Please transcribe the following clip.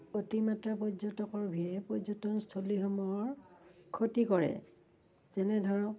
অতিমাত্ৰা পৰ্যটকৰ ভিৰে পৰ্যটনস্থলীসমূহৰ ক্ষতি কৰে যেনে ধৰক